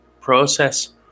process